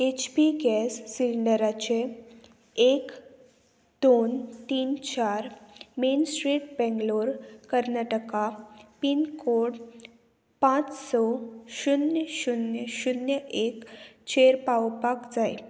H P gas सिलिंडराचे एक दोन तीन चार main street Bangalore Karnataka pincode पांच स शुन्य शुन्य शुन्य एक चेर पावोवपाक जाय